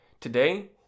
Today